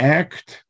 act